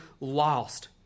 lost